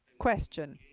question.